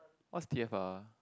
what is t_f_r